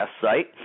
site